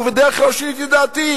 ובדרך כלל לא שיניתי את דעתי.